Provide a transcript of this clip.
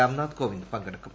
രാംനാഥ് കോവിന്ദ് പങ്കെടുക്കും